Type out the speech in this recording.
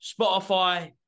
Spotify